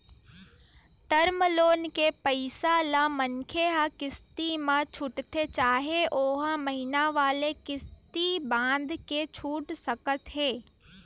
term loan के पइसा ल मनखे ह किस्ती म छूटथे चाहे ओहा महिना वाले किस्ती बंधाके छूट सकत हे